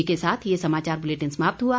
इसी के साथ ये समाचार बुलेटिन समाप्त हुआ